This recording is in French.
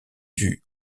due